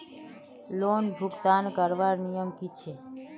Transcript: Loan भुगतान करवार नियम की छे?